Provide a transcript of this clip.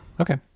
okay